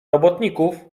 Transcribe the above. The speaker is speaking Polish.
robotników